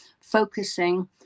focusing